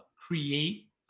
create